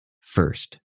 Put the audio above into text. first